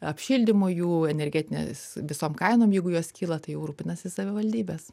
apšildymu jų energetinės visom kainom jeigu jos kyla tai jau rūpinasi savivaldybės